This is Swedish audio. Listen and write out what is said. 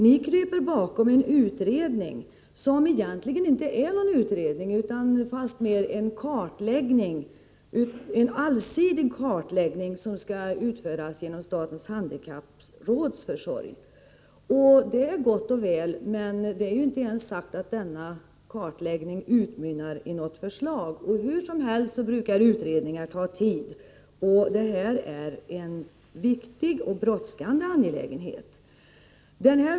Ni kryper bakom en utredning, som egentligen inte är någon utredning utan fastmer en allsidig kartläggning som skall utföras genom statens handikappråds försorg. Det är gott och väl, men det är inte ens sagt att denna kartläggning utmynnar i något förslag. Hur som helst brukar utredningar ta tid, och det här är en viktig och brådskande angelägenhet.